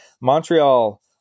Montreal